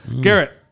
Garrett